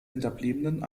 hinterbliebenen